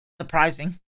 Surprising